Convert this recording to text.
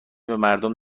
بمردم